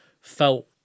felt